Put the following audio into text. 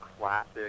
classic